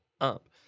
up